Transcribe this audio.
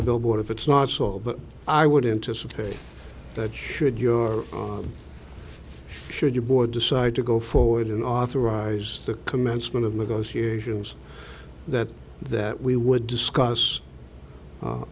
the billboard if it's not so but i would anticipate that should your should your board decide to go forward and authorize the commencement of negotiations that that we would discuss